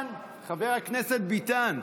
חבר הכנסת ביטן,